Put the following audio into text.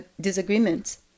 disagreements